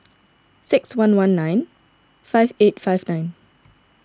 six one one nine five eight five nine